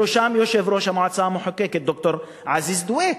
בראשם יושב-ראש המועצה המחוקקת, ד"ר עזיז דוויק.